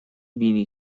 بینی